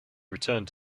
returned